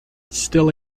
still